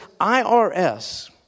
IRS